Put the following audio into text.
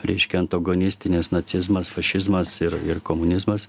reiškia antagonistinis nacizmas fašizmas ir ir komunizmas